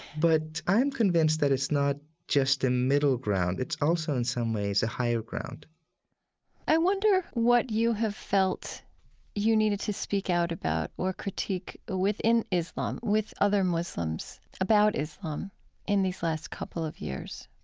but i'm convinced that it's not just a middle ground. it's also in some ways a higher ground i wonder what you have felt you needed to speak out about or critique within islam with other muslims about islam in these last couple of years?